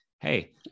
hey